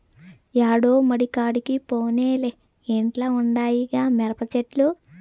యాడో మడికాడికి పోనేలే ఇంట్ల ఉండాయిగా మిరపచెట్లు